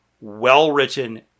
well-written